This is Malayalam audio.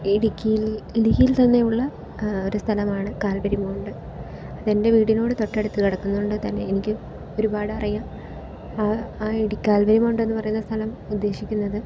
ഇടുക്കിയിൽ ഇടുക്കിയിൽ തന്നെ ഉള്ള ഒരു സ്ഥലമാണ് കാൽവരി മൗണ്ട് അത് എൻ്റെ വീടിനോട് തൊട്ടടുത്ത് കിടക്കുന്നത് കൊണ്ട് തന്നെ എനിക്ക് ഒരുപാട് അറിയാം ആ കൽവരി മൗണ്ടെന്ന് പറയുന്ന സ്ഥലം ഉദ്ദേശിക്കുന്നത്